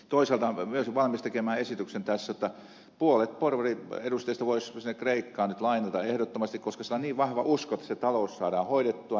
toisaalta olisin valmis tekemään tässä esityksen jotta puolet porvariedustajista voisi sinne kreikkaan nyt lainata ehdottomasti koska siellä on niin vahva usko että talous saadaan hoidettua